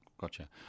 gotcha